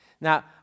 Now